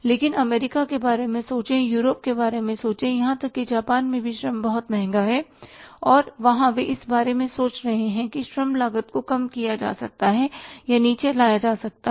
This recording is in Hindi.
लेकिन अमेरिका के बारे में सोचें यूरोप के बारे में सोचें यहां तक कि जापान में भी श्रम बहुत महँगा है और वहां वे इस बारे में सोच रहे हैं कि श्रम लागत को कम किया जा सकता है या नीचे लाया जा सकता है